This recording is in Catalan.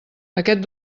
aquest